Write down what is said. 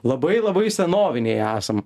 labai labai senoviniai esam